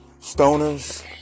Stoners